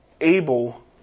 able